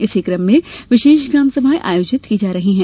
इसी क्रम में विशेष ग्राम सभाएँ आयोजित की जा रही है